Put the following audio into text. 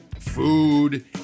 food